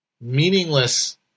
meaningless